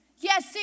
Yes